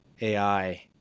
AI